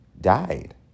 died